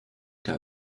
qu’à